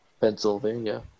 Pennsylvania